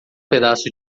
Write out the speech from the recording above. pedaço